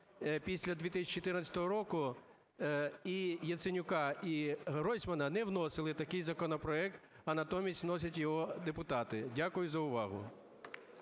після 2014 року, і Яценюка, і Гройсмана, не вносили такий законопроект, а натомість вносять його депутати. Дякую за увагу.